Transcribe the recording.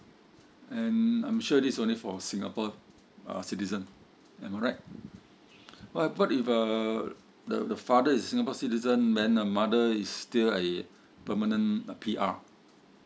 and I'm sure this only for singapore uh citizen am I right what what if uh the the father is singapore citizen then mother is still !ee! permanent P R